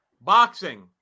Boxing